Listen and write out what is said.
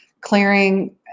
clearing